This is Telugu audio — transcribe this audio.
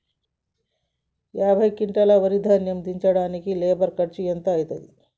యాభై క్వింటాల్ వరి ధాన్యము దించడానికి లేబర్ ఖర్చు ఎంత అయితది?